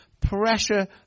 pressure